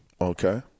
Okay